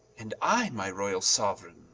and i my royall soueraigne